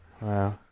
Wow